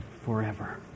forever